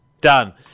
Done